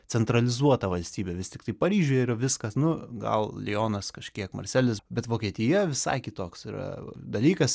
centralizuota valstybė vis tiktai paryžiuje yra viskas nu gal lionas kažkiek marselis bet vokietija visai kitoks yra dalykas